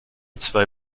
zwei